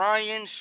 Ryan